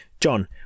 John